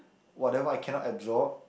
whatever I cannot absorb